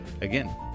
again